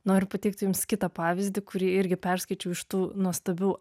noriu pateikti jums kitą pavyzdį kurį irgi perskaičiau iš tų nuostabių